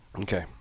Okay